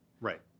right